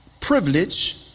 privilege